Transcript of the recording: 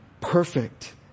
perfect